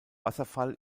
wasserfall